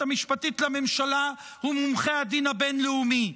המשפטית לממשלה ומומחי הדין הבין-לאומי?